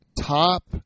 top